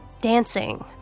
dancing